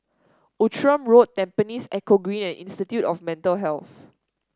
Outram Road Tampines Eco Green and Institute of Mental Health